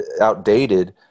outdated